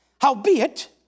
Howbeit